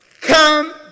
Come